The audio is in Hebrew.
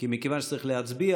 כי מכיוון שצריך להצביע,